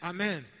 Amen